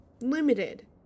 Limited